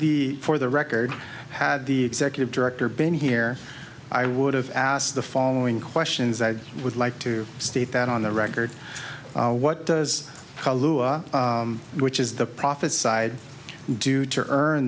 the for the record had the executive director been here i would have asked the following questions i would like to state that on the record what does kahlua which is the prophesied do to earn